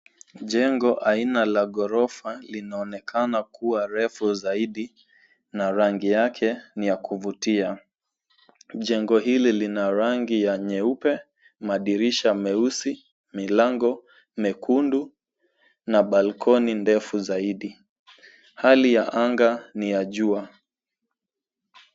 Jengo aina la ghorofa linaonekana kuwa refu zaidi na rangi yake ni ya kuvutia. Jengo hili lina rangi ya nyeupe, madirisha meusi, milango myekundu na balcony ndefu zaidi. Hali ya anga ni ya jua.